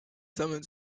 sammeln